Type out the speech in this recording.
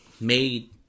made